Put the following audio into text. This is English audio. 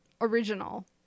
original